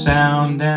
Sound